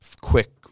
quick